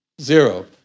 Zero